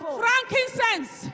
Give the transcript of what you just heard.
frankincense